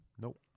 Nope